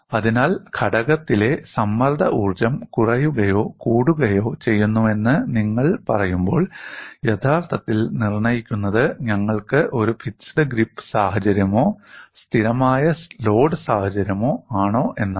അതിനാൽ ഘടകത്തിലെ സമ്മർദ്ദ ഊർജ്ജം കുറയുകയോ കൂടുകയോ ചെയ്യുന്നുവെന്ന് നിങ്ങൾ പറയുമ്പോൾ യഥാർത്ഥത്തിൽ നിർണ്ണയിക്കുന്നത് ഞങ്ങൾക്ക് ഒരു ഫിക്സഡ് ഗ്രിപ് സാഹചര്യമോ സ്ഥിരമായ ലോഡ് സാഹചര്യമോ ആണോ എന്നാണ്